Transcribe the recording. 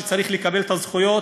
שצריך לקבל זכויות.